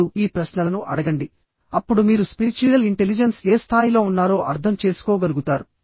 ఇప్పుడు ఈ ప్రశ్నలను అడగండి అప్పుడు మీరు స్పిరిచ్యుయల్ ఇంటెలిజెన్స్ ఏ స్థాయిలో ఉన్నారో అర్థం చేసుకోగలుగుతారు